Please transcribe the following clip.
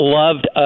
loved